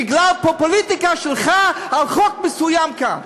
בגלל פופוליטיקה שלך על חוק מסוים כאן?